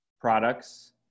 products